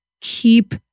keep